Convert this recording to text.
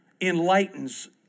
enlightens